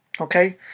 Okay